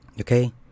Okay